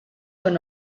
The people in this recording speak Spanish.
con